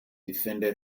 defended